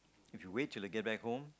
if you wait to you get back home